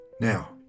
Now